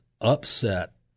upset